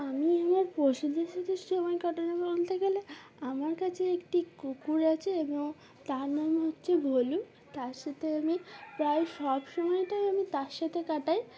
আমি আমার পশুদের সাথে সময় কাটানো বলতে গেলে আমার কাছে একটি কুকুর আছে এবং তার নাম হচ্ছে ভলু তার সাথে আমি প্রায় সব সময়টাই আমি তার সাথে কাটাই